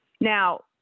Now